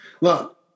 look